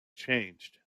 changed